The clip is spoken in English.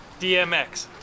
DMX